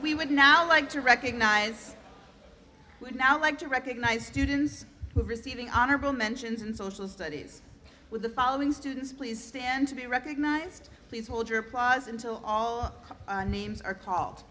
we would now like to recognize i would now like to recognize students receiving honorable mentions in social studies with the following students please stand to be recognized please hold your applause until all names are call